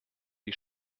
die